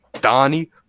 Donnie